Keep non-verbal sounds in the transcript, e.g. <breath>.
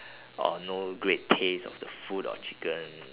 <breath> or no great taste of the food or chicken